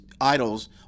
idols